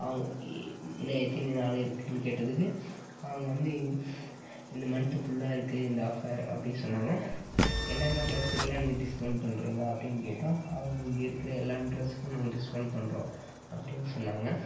அவங்க இன் இன்னும் எத்தினி நாள் இருக்குன்னு கேட்டதுக்கு அவங்க வந்து இந்த மந்து ஃபுல்லாக இருக்கு இந்த ஆஃபர் அப்படி சொன்னாங்க என்னென்ன டிரெஸுக்கெல்லாம் நீங்கள் டிஸ்கவுண்ட் பண்ணுறீங்க அப்படின்னு கேட்டோம் அதுவும் இங்கே இருக்கிற எல்லா டிரெஸுக்கும் நாங்கள் டிஸ்கவுண்ட் பண்ணுறோம் அப்படின்னு சொன்னாங்க